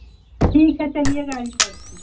ठीक है चलिए गाड़ी पर बैठिए